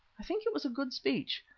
i think it was a good speech.